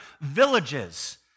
villages